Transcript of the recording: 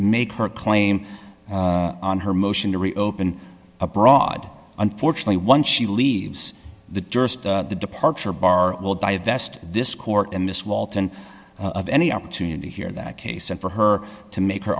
make her claim on her motion to reopen a broad unfortunately once she leaves the durst the departure bar will die best this court and miss walton of any opportunity here that case and for her to make her